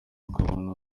ukabona